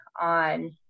on